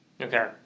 Okay